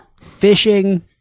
Fishing